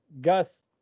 Gus